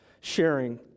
sharing